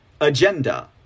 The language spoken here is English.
agenda